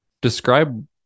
describe